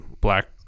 black